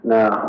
Now